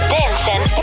Dancing